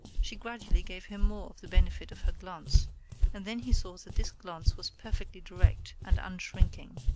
she gradually gave him more of the benefit of her glance and then he saw that this glance was perfectly direct and unshrinking.